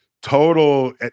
total